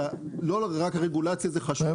לא רק הרגולציה זה חשוב,